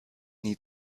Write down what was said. nie